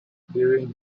during